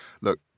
look